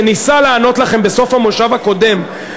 שניסה לענות לכם בסוף המושב הקודם,